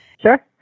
Sure